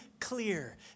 clear